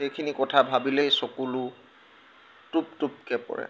সেইখিনি কথা ভাবিলেই চকুলো টুপ টুপকৈ পৰে